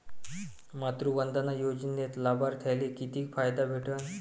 मातृवंदना योजनेत लाभार्थ्याले किती फायदा भेटन?